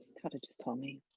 kind of just told me.